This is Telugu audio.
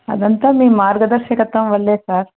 అదంతా మీ మార్గదర్శకత్వం వల్ల సార్